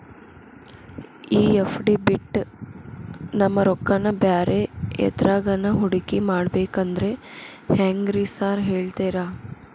ಈ ಎಫ್.ಡಿ ಬಿಟ್ ನಮ್ ರೊಕ್ಕನಾ ಬ್ಯಾರೆ ಎದ್ರಾಗಾನ ಹೂಡಿಕೆ ಮಾಡಬೇಕಂದ್ರೆ ಹೆಂಗ್ರಿ ಸಾರ್ ಹೇಳ್ತೇರಾ?